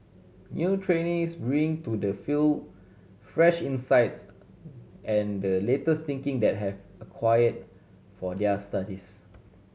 new trainees bring to the field fresh insights and the latest thinking that have acquire for their studies